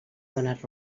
dones